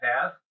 path